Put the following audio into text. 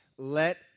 Let